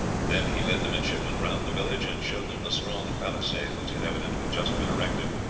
then he led the midshipmen round the village, and showed them the strong palisade which had evidently just been erected,